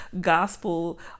gospel